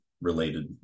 related